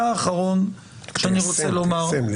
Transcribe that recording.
מיישם.